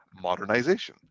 modernization